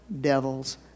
devils